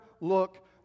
look